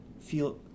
feel